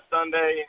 Sunday